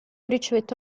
ricevette